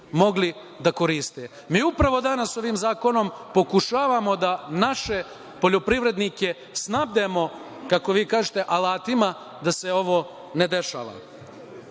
da koriste. Mi, upravo danas ovim Zakonom pokušavamo da naše poljoprivrednike snabdemo, kako vi kažete alatima, da se ovo ne